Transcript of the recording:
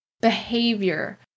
behavior